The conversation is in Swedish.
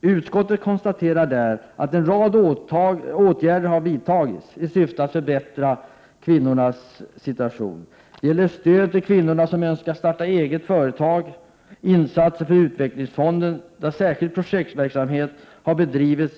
Utskottet konstaterar att en rad åtgärder vidtagits i syfte att förbättra kvinnornas situation. Det gäller stöd till kvinnor som önskar starta eget företag, insatser från utvecklingsfonderna, där särskild projektverksamhet har bedrivits